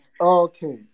Okay